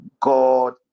God